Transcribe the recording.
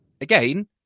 again